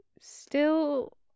Still